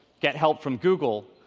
get help from google,